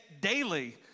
daily